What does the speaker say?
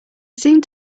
seemed